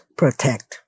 protect